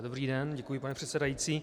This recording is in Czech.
Dobrý den, děkuji, pane předsedající.